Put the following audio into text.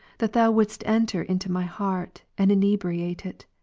that thou wouldest enter into my heart, and inebriate it,